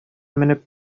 менеп